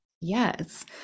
Yes